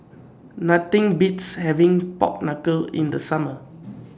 Nothing Beats having Pork Knuckle in The Summer